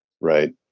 Right